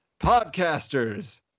podcasters